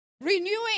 renewing